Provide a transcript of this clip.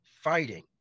fighting